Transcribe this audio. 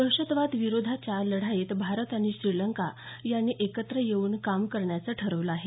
दहशतवाद विरोधाच्या लढाईत भारत आणि श्रीलंका यांनी एकत्रित येवून काम करण्याचं ठरवलं आहे